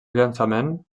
llançament